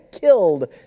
killed